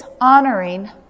honoring